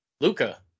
Luca